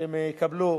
שהם יקבלו.